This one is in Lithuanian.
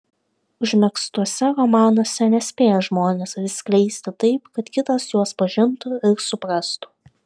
užmegztuose romanuose nespėja žmonės atsiskleisti taip kad kitas juos pažintų ir suprastų